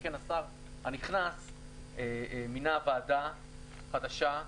שכן השר הנכנס מינה ועדה חדשה,